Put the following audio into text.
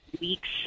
weeks